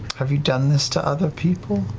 have you done this to other people?